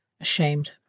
ashamed